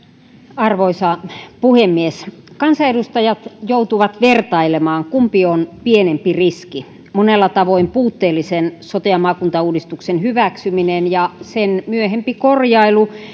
arvoisa puhemies kansanedustajat joutuvat vertailemaan kumpi on pienempi riski monella tavoin puutteellisen sote ja maakuntauudistuksen hyväksyminen ja myöhempi korjailu